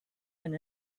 and